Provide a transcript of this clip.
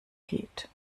geht